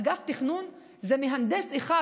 אגף תכנון זה מהנדס אחד,